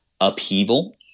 upheaval